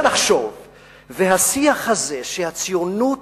והשיח הזה, שהציונות